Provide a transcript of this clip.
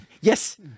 Yes